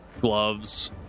gloves